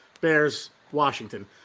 Bears-Washington